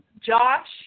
Josh